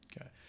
okay